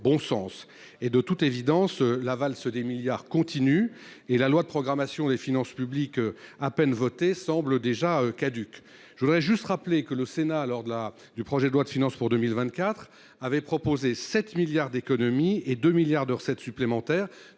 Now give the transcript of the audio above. bon sens. De toute évidence, la valse des milliards continue et la loi de programmation des finances publiques, à peine votée, semble déjà caduque… Je voudrais juste rappeler que le Sénat, lors de l’examen du projet de loi de finances pour 2024, a proposé 7 milliards d’euros d’économies et 2 milliards d’euros de recettes supplémentaires.